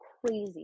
crazy